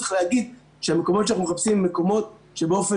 צריך להגיד שהמקומות שאנחנו מחפשים הם מקומות שבאופן